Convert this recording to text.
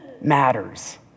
matters